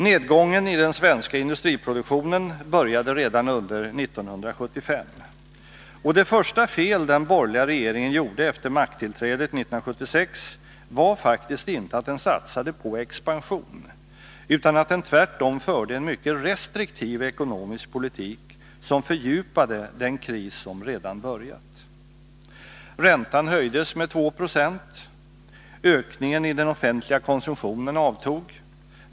Nedgången i den svenska industriproduktionen började redan under 1975. Och det första fel den borgerliga regeringen gjorde efter makttillträdet 1976 var faktiskt inte att den satsade på expansion, utan att den tvärtom förde en mycket restriktiv ekonomisk politik som fördjupade den kris som redan börjat. Räntan höjdes med 2 20. Ökningen i den offentliga konsumtionen avtog.